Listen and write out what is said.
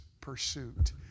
pursuit